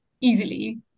easily